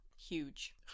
Huge